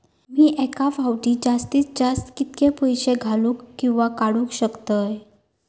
मी एका फाउटी जास्तीत जास्त कितके पैसे घालूक किवा काडूक शकतय?